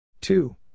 two